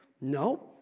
No